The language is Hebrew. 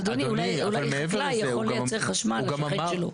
אז, אדוני, אולי חקלאי יכול לייצר חשמל לשכן שלו.